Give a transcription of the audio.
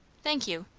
thank you.